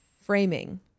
framing